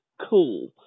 cool